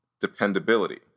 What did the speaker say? dependability